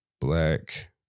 Black